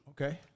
Okay